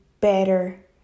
better